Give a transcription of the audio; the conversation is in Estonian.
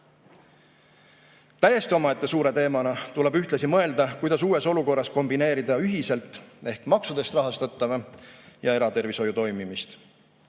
Täiesti omaette suure teemana tuleb ühtlasi mõelda, kuidas uues olukorras kombineerida ühiselt ehk maksudest rahastatava ja eratervishoiu toimimist.